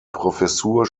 professur